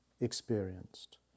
experienced